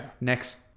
next